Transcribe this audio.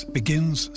begins